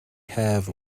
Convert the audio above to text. have